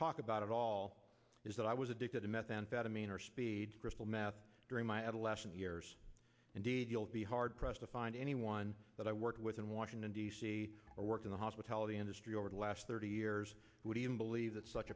talk about at all is that i was addicted to methamphetamine or speed crystal meth during my adolescent years indeed you'll be hard pressed to find anyone that i worked with in washington d c or worked in the hospitality industry over the last thirty years who didn't believe that such